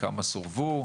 כמה סורבו?